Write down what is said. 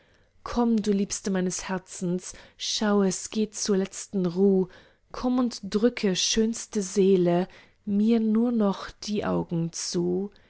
komm du liebste meines herzens schau es geht zur letzten ruh komm und drücke schönste seele mir nur noch die augen zu